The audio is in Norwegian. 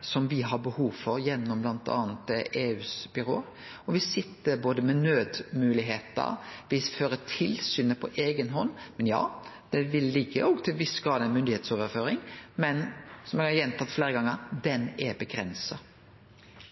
som me har behov for, gjennom bl.a. EUs byrå, og me sit med nødmogelegheiter om me fører tilsynet på eiga hand, og ja, det ligg òg i ei viss grad ei myndigheitsoverføring, men som eg har gjentatt fleire gonger, ho er avgrensa.